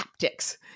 haptics